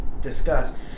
discuss